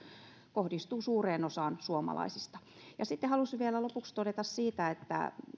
kohdistuu suureen osaan suomalaisista sitten halusin vielä lopuksi todeta siitä että